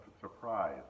surprise